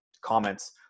comments